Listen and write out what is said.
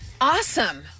Awesome